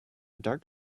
dark